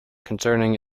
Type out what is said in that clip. concerning